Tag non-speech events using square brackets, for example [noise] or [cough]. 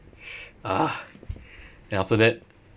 [noise] ah then after that